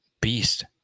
Beast